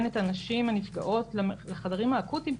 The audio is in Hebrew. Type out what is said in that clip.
את הנשים הנפגעות לחדרים האקוטיים,